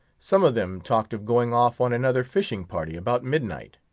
some of them talked of going off on another fishing party about midnight.